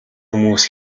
хүмүүс